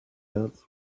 else